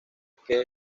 que